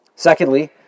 Secondly